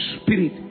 Spirit